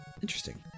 Interesting